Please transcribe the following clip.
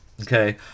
Okay